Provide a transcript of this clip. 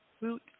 root